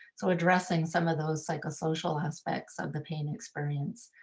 so addressing some of those psychosocial aspects of the pain experience.